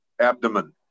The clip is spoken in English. abdomen